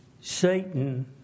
Satan